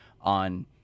on